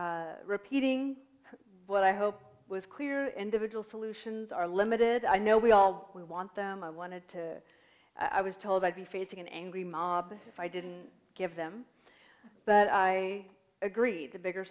repeating what i hope was clear individual solutions are limited i know we all we want them i wanted to i was told i'd be facing an angry mob if i didn't give them but i agree the bigger